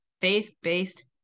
faith-based